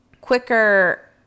quicker